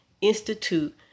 institute